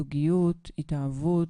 זוגיות, התאהבות,